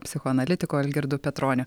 psichoanalitiku algirdu petroniu